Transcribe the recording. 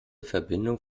verbindung